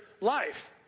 life